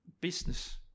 business